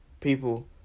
people